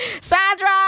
sandra